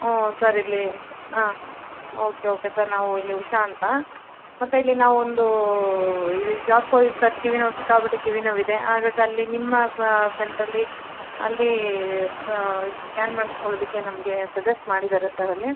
ಓ sir ಇಲ್ಲಿ ಹಾಂ okay okay sir ನಾವು ಇಲ್ಲಿ ಉಷಾ ಅಂತ ಮತ್ತು ಇಲ್ಲಿ ನಾವೊಂದು ಕಿವಿ ನೋವು ಸಿಕ್ಕಾಪಟ್ಟೆ ಕಿವಿ ನೋವಿದೆ ಹಾಗಾಗ್ ಅಲ್ಲಿ ನಿಮ್ಮ ಸೆಂಟ್ರಲ್ಲಿ ಅಲ್ಲಿ ಸ್ಕ್ಯಾನ್ ಮಾಡ್ಸ್ಕೊಳ್ಳೋದಕ್ಕೆ ನಮಗೆ ಸಜೆಸ್ಟ್ ಮಾಡಿದ್ದಾರೆ ಸರ್ ಅಲ್ಲಿ